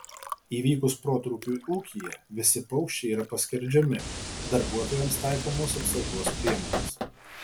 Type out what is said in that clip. įvykus protrūkiui ūkyje visi paukščiai yra paskerdžiami darbuotojams taikomos apsaugos priemonės